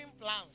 plans